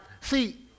See